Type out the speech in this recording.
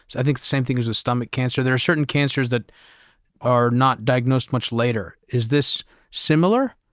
i think the same thing as a stomach cancer. there are certain cancers that are not diagnosed much later. is this similar?